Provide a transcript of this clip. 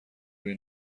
روی